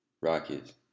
Rockets